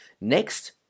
Next